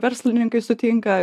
verslininkai sutinka